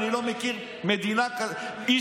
הוא לא מארגן שום דבר, הוא יושב בבית עם